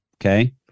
okay